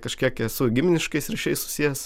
kažkiek esu giminiškais ryšiais susijęs